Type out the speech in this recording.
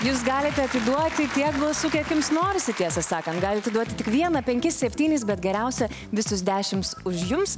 jūs galite atiduoti tiek balsų kiek jums norisi tiesą sakant galite duoti tik vieną penkis septynis bet geriausia visus dešimt už jums